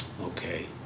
Okay